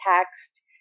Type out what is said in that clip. text